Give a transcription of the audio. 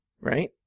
Right